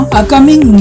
upcoming